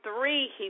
three